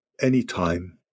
anytime